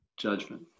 Judgment